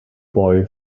boy